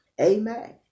Amen